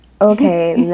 Okay